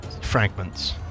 fragments